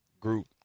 group